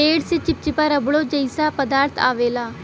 पेड़ से चिप्चिपा रबड़ो जइसा पदार्थ अवेला